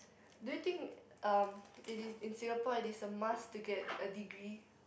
do you think um it is in Singapore it is a must to get a degree